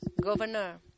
Governor